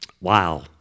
Wow